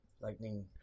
Lightning